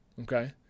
Okay